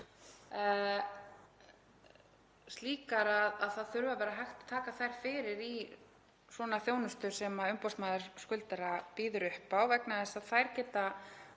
slíkar að það þurfi að vera hægt að taka þær fyrir í svona þjónustu sem umboðsmaður skuldara býður upp á vegna þess að þær geta